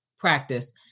practice